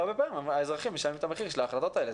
והרבה פעמים האזרחים משלמים את המחיר של ההחלטות האלה.